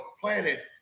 planet